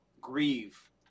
grieve